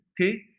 Okay